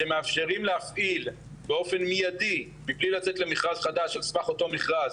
שמאפשרים להפעיל באופן מידי מבלי לצאת למכרז חדש על סמך אותו מכרז,